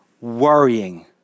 worrying